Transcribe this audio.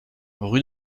rue